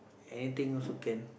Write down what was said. anything also can